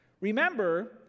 Remember